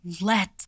Let